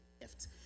gift